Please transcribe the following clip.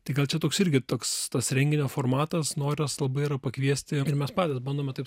tai gal čia toks irgi toks tas renginio formatas noras labai yra pakviesti ir mes patys bandome taip